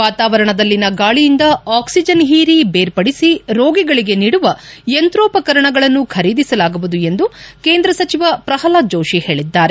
ವಾತಾವರಣದಲ್ಲಿನ ಗಾಳಿಯಿಂದ ಆಕ್ಷಿಜನ್ ಹೀರಿ ಬೇರ್ಪಡಿಸಿ ರೋಗಿಗಳಿಗೆ ನೀಡುವ ಯಂತ್ರೋಪಕರಣಗಳನ್ನು ಖರೀದಿಸಲಾಗುವುದು ಎಂದು ಕೇಂದ್ರ ಸಚಿವ ಪ್ರಲ್ನಾದ್ ಜೋಶಿ ಹೇಳಿದ್ದಾರೆ